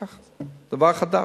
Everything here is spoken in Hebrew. ככה זה דבר חדש.